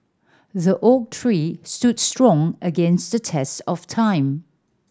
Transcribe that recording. the oak tree stood strong against the test of time